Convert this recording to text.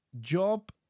job